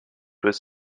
was